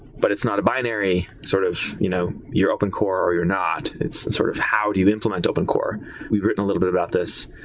but it's not a binary sort of you know you're opncore or you're not. it's sort of how do you implement opncore. we've written a little bit about this.